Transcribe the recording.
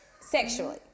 sexually